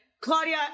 Claudia